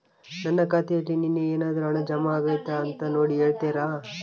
ನನ್ನ ಖಾತೆಯಲ್ಲಿ ನಿನ್ನೆ ಏನಾದರೂ ಹಣ ಜಮಾ ಆಗೈತಾ ಅಂತ ನೋಡಿ ಹೇಳ್ತೇರಾ?